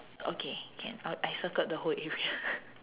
okay can I'll I circled the whole area